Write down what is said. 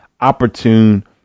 opportune